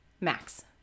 Max